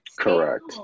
Correct